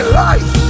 life